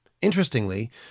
Interestingly